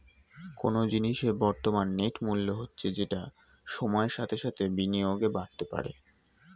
কোনো জিনিসের বর্তমান নেট মূল্য হচ্ছে যেটা সময়ের সাথে সাথে বিনিয়োগে বাড়তে পারে